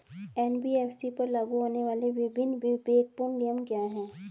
NBFC पर लागू होने वाले विभिन्न विवेकपूर्ण नियम क्या हैं?